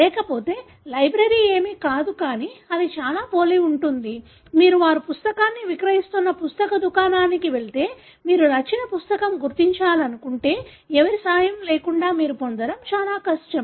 లేకపోతే లైబ్రరీ ఏమీ కాదు కానీ అది చాలా పోలి ఉంటుంది మీరు వారు పుస్తకాన్ని విక్రయిస్తున్న పుస్తక దుకాణానికి వెళితే మీరు నచ్చిన పుస్తకాన్ని గుర్తించాలనుకుంటే ఎవరి సహాయం లేకుండా మీరు పొందడం చాలా కష్టం